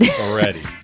already